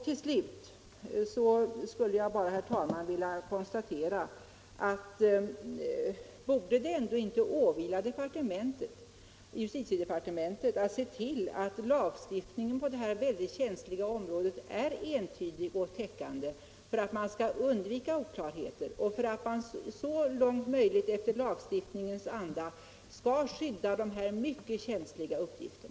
Till slut, herr talman, skulle jag bara vilja fråga: Borde det ändå inte åvila justitiedepartementet att se till att lagstiftningen på det här mycket känsliga området är entydig och täckande för att man skall undvika oklarheter och så långt som möjligt efter lagens anda kunna skydda dessa mycket känsliga uppgifter?